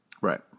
Right